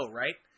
right